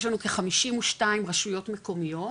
יש לנו כ-52 רשויות מקומיות